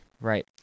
right